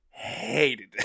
hated